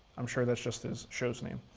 i'm sure that's just his show's name.